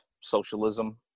socialism